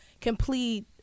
complete